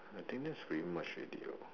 I think that's pretty much already lor